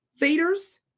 leaders